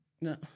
No